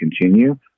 continue